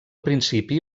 principi